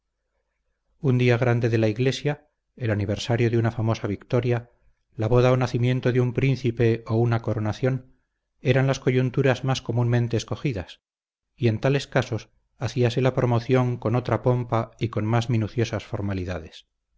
un día grande de la iglesia el aniversario de una famosa victoria la boda o nacimiento de un príncipe o una coronación eran las coyunturas más comúnmente escogidas y en tales casos hacíase la promoción con otra pompa y con más minuciosas